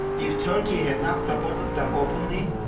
if turkey had not supported them openly,